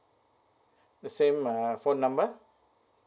the same ah phone number